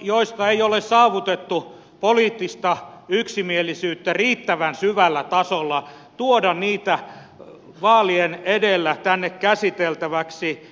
joista ei ole saavutettu poliittista yksimielisyyttä riittävän syvällä tasolla vaalien edellä tänne käsiteltäväksi